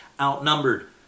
outnumbered